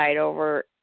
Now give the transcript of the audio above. over